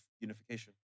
unification